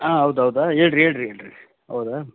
ಹಾಂ ಹೌದೌದ ಹೇಳ್ರಿ ಹೇಳ್ರಿ ಹೇಳ್ರಿ ಹೌದ